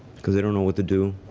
know what to do.